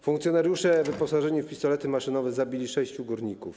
Funkcjonariusze wyposażeni w pistolety maszynowe zabili sześciu górników.